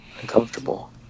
uncomfortable